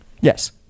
Yes